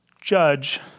judge